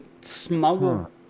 smuggle